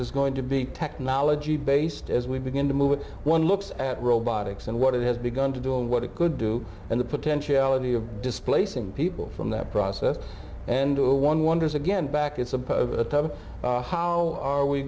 is going to be technology based as we begin to move it one looks at robotics and what it has begun to do and what it could do and the potentiality of displacing people from that process and one wonders again back it's how are we